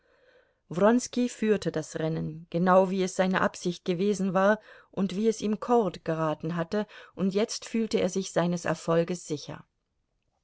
wronski führte das rennen genau wie es seine absicht gewesen war und wie es ihm cord geraten hatte und jetzt fühlte er sich seines erfolges sicher